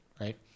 right